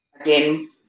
Again